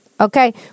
Okay